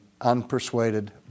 unpersuaded